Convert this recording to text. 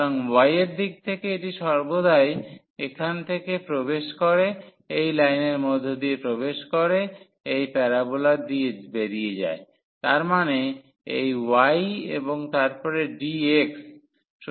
সুতরাং y এর দিক থেকে এটি সর্বদাই এখান থেকে প্রবেশ করে এই লাইনের মধ্য দিয়ে প্রবেশ করে এবং এই প্যারাবোলার দিয়ে বেরিয়ে যায় তার মানে এই y এবং তারপরে dx